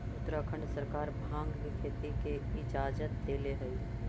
उत्तराखंड सरकार भाँग के खेती के इजाजत देले हइ